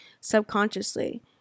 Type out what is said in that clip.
subconsciously